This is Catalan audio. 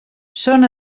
són